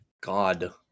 God